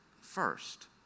first